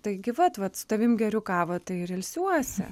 tai gi vat vat su tavim geriu kavą tai ir ilsiuosi